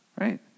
Right